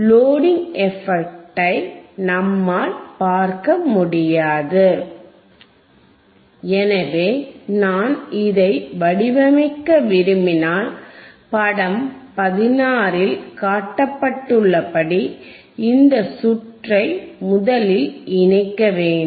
loading எபக்ட்டை நம்மால் பார்க்க முடியாது எனவே நான் இதை வடிவமைக்க விரும்பினால் படம் 16 இல் காட்டப்பட்டுள்ளபடி இந்த சுற்றை முதலில் இணைக்க வேண்டும்